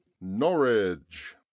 norwich